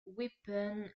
weapon